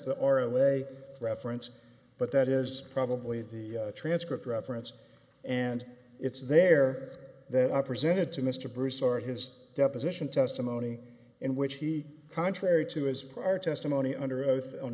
the r o a reference but that is probably the transcript reference and it's there that i presented to mr bruce or his deposition testimony in which he contrary to his prior testimony under o